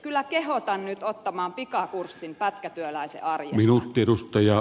kyllä kehotan nyt ottamaan pikakurssin pätkätyöläisen arjesta